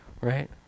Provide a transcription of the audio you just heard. right